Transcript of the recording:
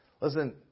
Listen